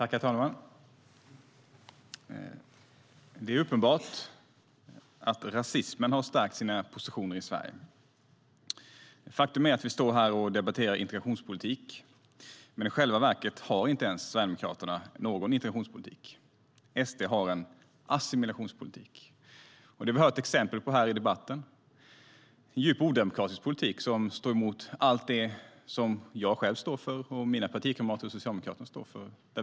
Herr talman! Det är uppenbart att rasismen har stärkt sina positioner i Sverige. Faktum är att vi står här och debatterar integrationspolitik, men i själva verket har Sverigedemokraterna inte ens någon integrationspolitik. SD har en assimilationspolitik. Det hör vi exempel på här i debatten. Det är en djupt odemokratisk politik som går emot allt det som jag själv och mina partikamrater i Socialdemokraterna står för.